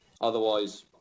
otherwise